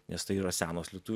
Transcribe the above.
nes tai yra senos lietuvių